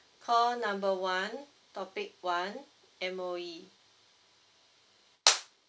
call number one topic one M_O_E